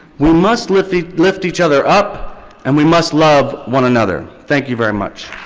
we must lift each lift each other up and we must love one another. thank you very much.